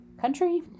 country